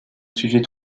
sujet